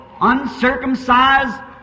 uncircumcised